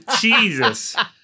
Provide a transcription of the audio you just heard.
Jesus